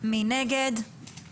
הצבעה בעד רוב הקמת ועדת המשנה אושרה.